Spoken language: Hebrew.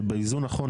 שבאיזון נכון,